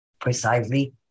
precisely